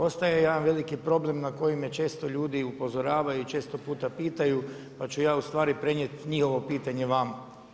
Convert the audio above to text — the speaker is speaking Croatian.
Ostaje jedan veliki problem na koji me često ljudi upozoravaju i često puta pitaju, pa ću ja ustvari prenijeti njihovo pitanje vama.